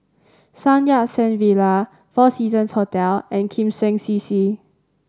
Sun Yat Sen Villa Four Seasons Hotel and Kim Seng CC